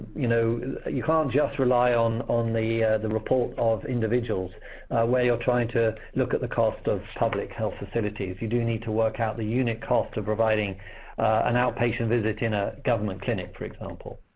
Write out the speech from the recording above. you know you can't just rely on on the the report of individuals where you're trying to look at the costs of public health facilities. you do need to work out the unit costs of providing an outpatient visit in a government clinic, for example.